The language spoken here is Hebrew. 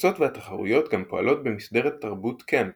הקבוצות והתחרויות גם פועלות במסגרת תרבות קאמפ